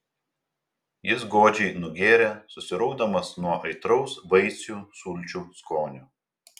jis godžiai nugėrė susiraukdamas nuo aitraus vaisių sulčių skonio